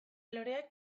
loreak